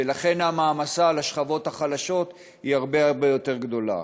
ולכן המעמסה על השכבות החלשות היא הרבה הרבה יותר גדולה.